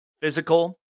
physical